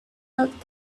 not